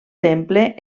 temple